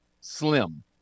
slim